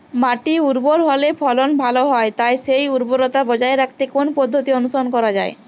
মাটি উর্বর হলে ফলন ভালো হয় তাই সেই উর্বরতা বজায় রাখতে কোন পদ্ধতি অনুসরণ করা যায়?